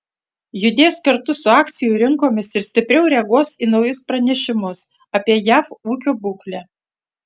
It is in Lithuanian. judės kartu su akcijų rinkomis ir stipriau reaguos į naujus pranešimus apie jav ūkio būklę